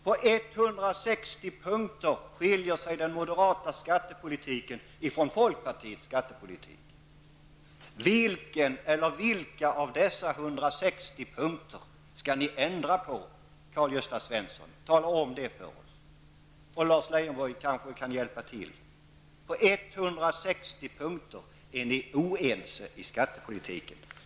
Den moderata skattepolitiken skiljer på 160 punkter från folkpartiets skattepolitik. Vilka av dessa 160 punkter skall ni ändra på? Karl-Gösta Svenson. Tala om det för oss. Lars Leijonborg kan kanske hjälpa till med detta. På 160 punkter är ni oense i skattepolitiken.